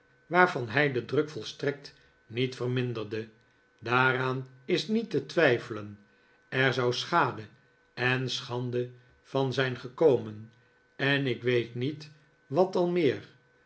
waarvan hij den druk volstrekt niet verminderde daaraan is niet te twijfelen er zou schade en schande van zijn gekomen en ik weet niet wat al meer